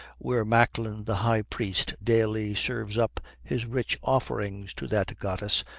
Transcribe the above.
where macklin the high-priest daily serves up his rich offerings to that goddess,